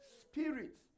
spirits